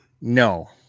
No